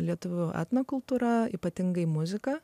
lietuvių etnokultūra ypatingai muzika